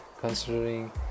considering